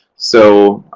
so,